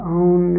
own